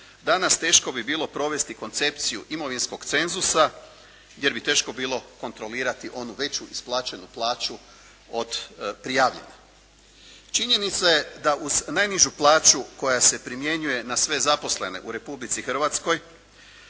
danas teško bi bilo provesti koncepciju imovinskog cenzusa jer bi teško bilo kontrolirati onu veću isplaćenu plaću od prijavljene. Činjenica je da uz najnižu plaću koja se primjenjuje na sve zaposlene u Republici Hrvatskoj